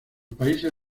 países